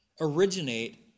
originate